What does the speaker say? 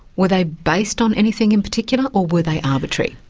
were they based on anything in particular, or were they arbitrary?